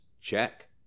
Check